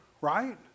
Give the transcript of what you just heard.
right